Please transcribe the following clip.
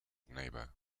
neighbour